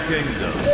Kingdom